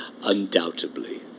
Undoubtedly